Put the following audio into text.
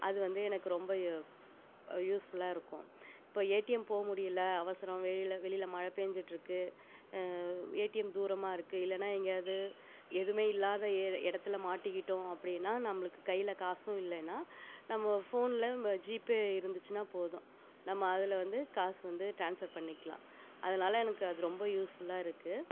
அது வந்து எனக்கு ரொம்ப யூஸ்ஃபுல்லாக இருக்கும் இப்போ ஏடிஎம் போ முடியலை அவசரம் வெளியில் வெளியில் மழை பேஞ்சிட் இருக்கு ஏடிஎம் தூரமாக இருக்கு இல்லைனா எங்கேயாவது எதுவுமே இல்லாத இடத்துல மாட்டிக்கிட்டோம் அப்படீன்னா நம்பளுக்கு கையில் காசும் இல்லைனா நம்ம ஃபோனில் நம்ப ஜிபே இருந்துச்சின்னா போதும் நம்ம அதில் வந்து காசை வந்து டிரான்ஸ்ஃபர் பண்ணிக்கலாம் அதனால் எனக்கு அது ரொம்ப யூஸ்ஃபுல்லாக இருக்கு